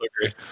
agree